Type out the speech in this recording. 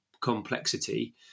complexity